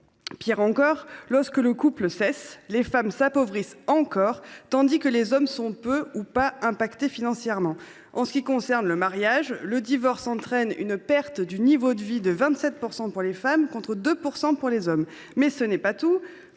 Pis, lorsque le couple cesse, les femmes s’appauvrissent encore, tandis que les hommes sont peu ou pas impactés financièrement. En ce qui concerne le mariage, le divorce entraîne une perte de niveau de vie de 27 % pour les femmes contre 2 % pour les hommes. Mais ce n’est pas tout.